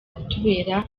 kutubera